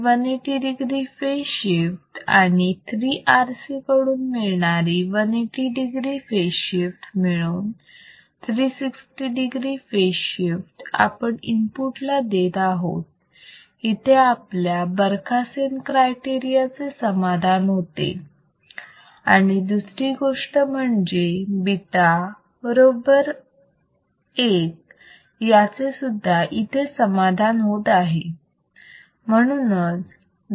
ही 180 degree phase shift आणि 3RC कडून मिळणारी 180 degree फेज शिफ्ट मिळून 360 degree फेज शिफ्ट आपण इनपुट ला देत आहोत इथे आपल्या बरखासेन क्रायटेरिया चे समाधान होते आणि दुसरी गोष्ट म्हणजे बीटा बरोबर 1 याचे सुद्धा इथे समाधान होत आहे